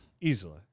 easily